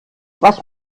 was